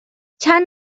چند